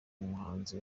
n’umuhanzi